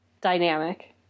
dynamic